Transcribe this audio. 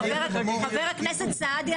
חבר הכנסת סעדי,